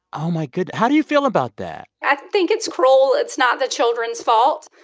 oh, my good how do you feel about that? i think it's cruel. it's not the children's fault.